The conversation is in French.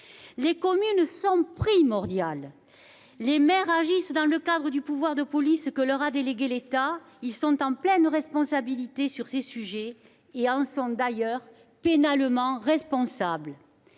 Les communes sont primordiales, car les maires, dans le cadre du pouvoir de police que leur a délégué l'État, sont en pleine responsabilité sur ces sujets, dont ils sont d'ailleurs pénalement responsables.